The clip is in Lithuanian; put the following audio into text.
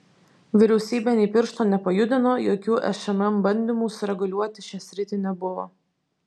vyriausybė nė piršto nepajudino jokių šmm bandymų sureguliuoti šią sritį nebuvo